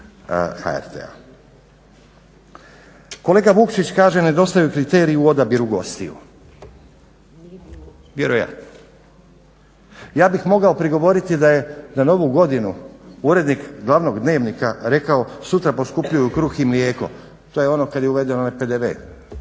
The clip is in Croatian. Kolega Vukšić kaže nedostaju kriteriji u odabiru gostiju, vjerojatno. Ja bih mogao prigovoriti da je na Novu Godinu urednik glavnog dnevnika rekao sutra poskupljuju kruh i mlijeko, to je ono kad je uveden onaj PDV